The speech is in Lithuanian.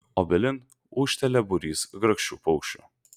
obelin ūžtelia būrys grakščių paukščių